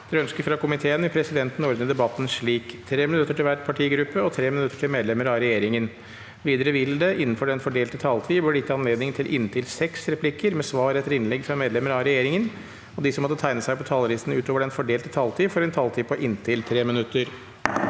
og forskningskomiteen vil presidenten ordne debatten slik: 3 minutter til hver partigruppe og 3 minutter til medlemmer av regjeringen. Videre vil det – innenfor den fordelte taletid – bli gitt anledning til inntil seks replikker med svar etter innlegg fra medlemmer av regjeringen, og de som måtte tegne seg på talerlisten utover den fordelte taletid, får også en taletid på inntil 3 minutter.